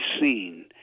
seen